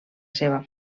seva